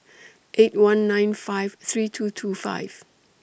eight one nine five three two two five